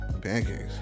Pancakes